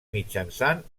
mitjançant